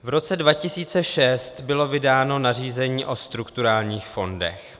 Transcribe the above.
V roce 2006 bylo vydáno nařízení o strukturálních fondech.